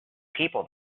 people